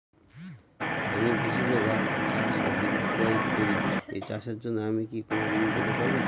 আমি ভেষজ গাছ চাষ ও বিক্রয় করি এই চাষের জন্য আমি কি কোন ঋণ পেতে পারি?